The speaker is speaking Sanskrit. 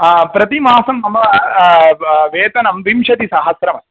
प्रतिमासं मम वेतनं विंशतिसहस्रमस्ति